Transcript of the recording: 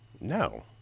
No